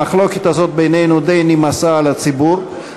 המחלוקת הזאת בינינו די נמאסה על הציבור.